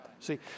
See